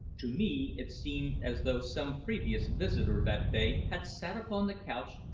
to me it seemed as though some previous visitor that day had sat upon the couch,